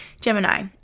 Gemini